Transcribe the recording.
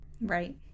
Right